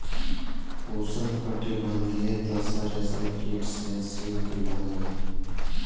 उष्णकटिबंधीय तसर रेशम कीट से सिल्क बनेला